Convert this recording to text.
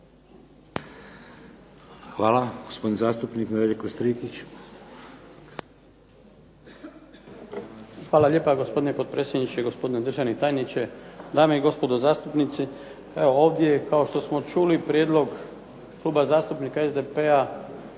**Strikić, Nedjeljko (HDZ)** Hvala lijepa, gospodine potpredsjedniče. Gospodine državni tajniče, dame i gospodo zastupnici. Evo ovdje kao što smo čuli prijedlog Kluba zastupnika SDP-a